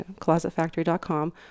closetfactory.com